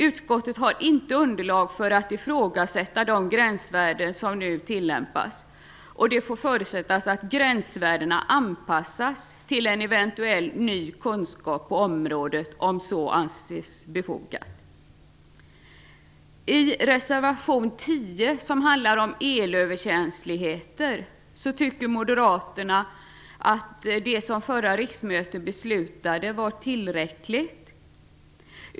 Utskottet har inte underlag för att ifrågasätta de gränsvärden som nu tillämpas, och det får förutsättas att gränsvärdena anpassas till eventuell ny kunskap på området om så anses befogat. I reservation 10 om elöverkänslighet hävdar Moderaterna att det som förra riksmötet beslutade var tillräckligt.